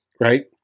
right